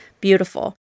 beautiful